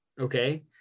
Okay